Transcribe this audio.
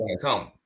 come